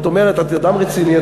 את אדם רציני,